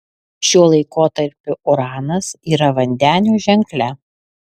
šiuo laikotarpiu uranas yra vandenio ženkle